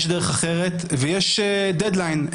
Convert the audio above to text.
יש דרך אחרת ויש דד-ליין.